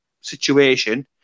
situation